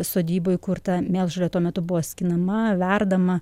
sodyboj kur ta mėlžolė tuo metu buvo skinama verdama